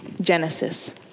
Genesis